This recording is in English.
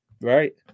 Right